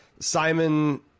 Simon